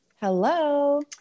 Hello